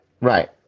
Right